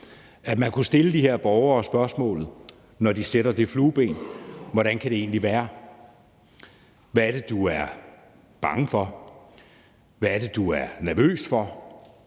at man kunne stille de her borgere nogle spørgsmål, når de sætter det flueben: Hvordan kan det egentlig være, du gør det? Hvad er det, du er bange for? Hvad er det, du er nervøs for?